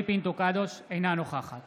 אינה נוכחת